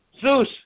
Zeus